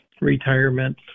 retirement